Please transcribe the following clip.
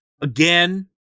again